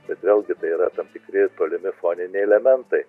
bet vėlgi tai yra tikri polimifoniniai elementai